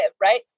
right